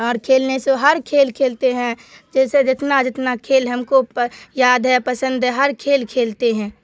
اور کھیلنے سے ہر کھیل کھیلتے ہیں جیسے جتنا جتنا کھیل ہم کو یاد ہے پسند ہے ہر کھیل کھیلتے ہیں